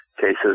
cases